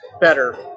better